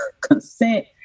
consent